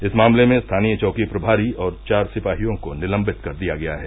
इस मामले में स्थानीय चौकी प्रमारी और चार सिपहियों को निलम्बित कर दिया गया है